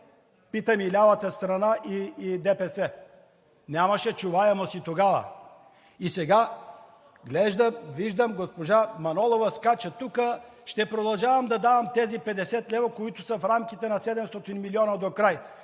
Питам и лявата страна, и ДПС? Нямаше чуваемост и тогава. И сега виждам госпожа Манолова скача тук: ще продължавам да давам тези 50 лв., които са в рамките на 700 милиона докрай.